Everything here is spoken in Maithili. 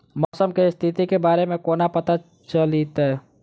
मौसम केँ स्थिति केँ बारे मे कोना पत्ता चलितै?